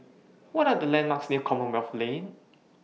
What Are The landmarks near Commonwealth Lane